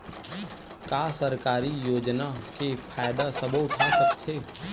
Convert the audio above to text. का सरकारी योजना के फ़ायदा सबो उठा सकथे?